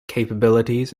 capabilities